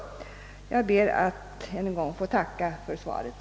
Jag ber än en gång att få tacka för svaret.